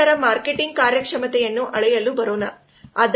ನಂತರ ಮಾರ್ಕೆಟಿಂಗ್ ಕಾರ್ಯಕ್ಷಮತೆಯನ್ನು ಅಳೆಯಲು ಬರುತ್ತಿದೆ